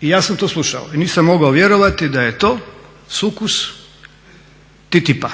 I ja sam to slušao i nisam mogao vjerovati da je to sukus TTIP-a.